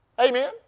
Amen